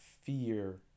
fear